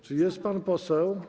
Czy jest pan poseł?